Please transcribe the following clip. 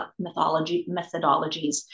methodologies